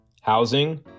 housing